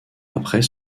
après